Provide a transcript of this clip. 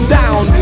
down